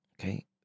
Okay